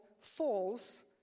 false